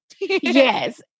Yes